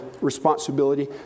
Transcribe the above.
responsibility